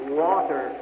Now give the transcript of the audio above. water